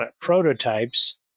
prototypes